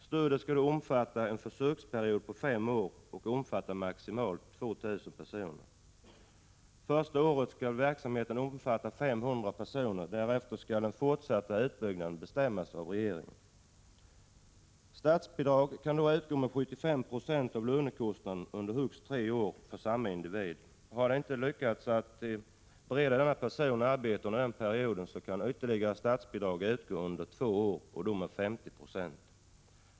Stödet skall omfatta en försöksperiod på fem år och omfatta maximalt 2 000 personer. Första året skall verksamheten omfatta 500 personer. Därefter skall den fortsatta utbyggnaden bestämmas av regeringen. Statsbidraget skall utgå med 75 96 av lönekostnaderna under högst tre år för samma individ. Har det inte lyckats att bereda denna person annat arbete under den perioden, kan statsbidrag utgå under ytterligare två år, då med 50 96.